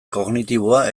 kognitiboa